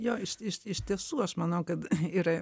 jo iš iš iš tiesų aš manau kad yra